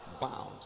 bound